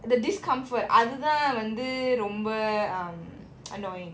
the discomfort ah annoying